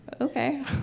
Okay